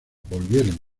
volvieron